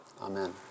Amen